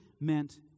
meant